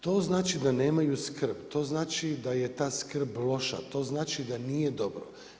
To znači da nemaju skrb, to znači da je ta skrb loša, to znači da nije dobro.